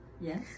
Yes